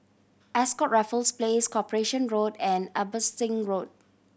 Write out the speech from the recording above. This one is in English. Ascott Raffles Place Corporation Road and Abbotsingh Road